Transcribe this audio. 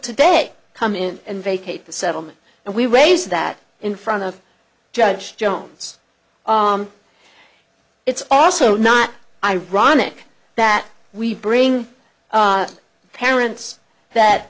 today come in and vacate the settlement and we raise that in front of judge jones it's also not ironic that we bring parents that